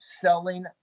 selling